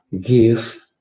give